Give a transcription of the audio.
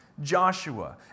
Joshua